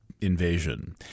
invasion